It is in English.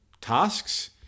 tasks